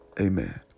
Amen